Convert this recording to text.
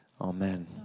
Amen